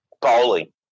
bowling